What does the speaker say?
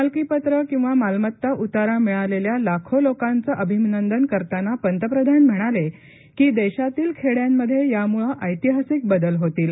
मालकी पत्र किंवा मालमत्ता उतारा मिळालेल्या लाखो लोकांचं अभिनंदन करताना पंतप्रधान म्हणाले की देशातील खेड्यांमध्ये यामुळे ऐतिहासिक बदल होतील